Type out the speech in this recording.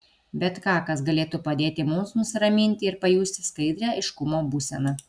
bet ką kas galėtų padėti mums nusiraminti ir pajusti skaidrią aiškumo būseną